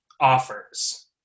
offers